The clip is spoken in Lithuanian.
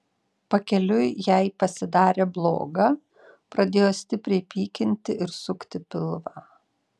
pakeliui jai pasidarė bloga pradėjo stipriai pykinti ir sukti pilvą